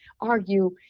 argue